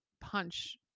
punch